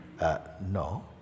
No